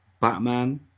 Batman